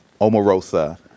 Omarosa